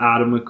Adam